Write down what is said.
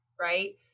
right